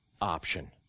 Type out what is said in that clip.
option